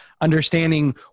understanding